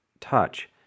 touch